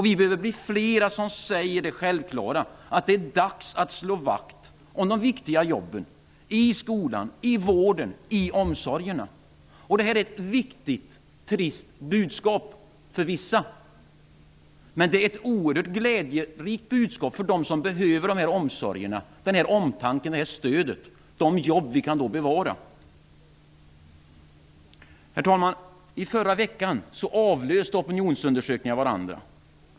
Vi behöver bli fler som säger det självklara, dvs. att det är dags att slå vakt om de viktiga jobben i skolan, vården och omsorgen. Detta är ett viktigt och trist budskap för vissa, men det är ett oerhört glädjerikt budskap för dem som behöver denna omsorg och omtanke, detta stöd och de jobb vi då kan bevara. Herr talman! I förra veckan avlöste opinionsundersökningarna varandra.